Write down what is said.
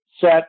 set